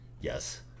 Yes